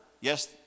Yes